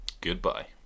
Goodbye